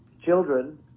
children